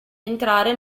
entrare